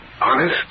Honest